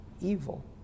evil